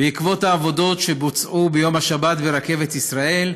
בעקבות העבודות שבוצעו ביום השבת ברכבת ישראל,